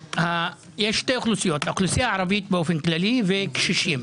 יש שתי אוכלוסיות האוכלוסייה הערבית באופן כללי וקשישים,